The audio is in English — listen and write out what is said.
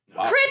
Crit